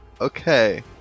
Okay